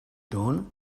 dawn